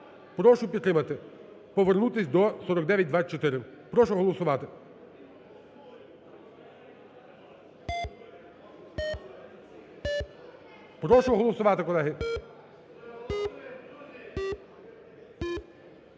прошу підтримати, повернутися до 4924, прошу голосувати. Прошу голосувати, колеги.